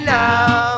now